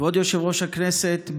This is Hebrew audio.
כבוד יושב-ראש הכנסת,